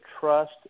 trust